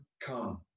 come